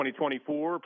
2024